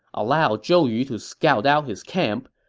allowed zhou yu to scout out his camp,